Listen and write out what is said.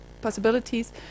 possibilities